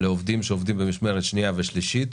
לעובדים שעובדים במשמרת שנייה ושלישית.